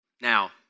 Now